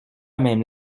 même